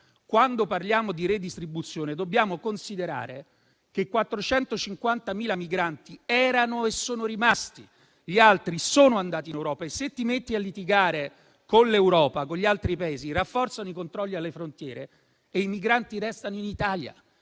Quando parliamo di redistribuzione, dobbiamo considerare che 450.000 migranti sono rimasti; gli altri sono andati in Europa e, se ti metti a litigare con gli altri Paesi europei, rafforzano i controlli alle frontiere e i migranti restano in Italia.